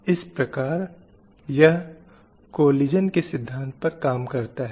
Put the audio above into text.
और इस तरह एक समूह को दूसरे से बेहतर बनाता है